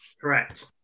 Correct